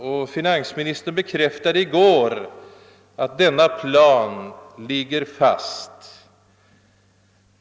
Och finansministern bekräftade i går att planen för u-landsbiståndet ligger fast.